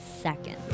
second